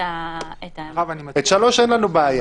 אני חושב שעם קמפיין